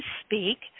speak